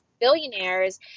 billionaires